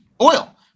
oil